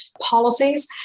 policies